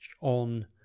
on